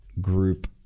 group